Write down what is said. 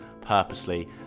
purposely